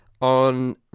on